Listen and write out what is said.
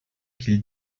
qu’il